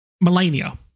Melania